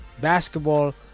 basketball